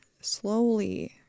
slowly